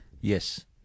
Yes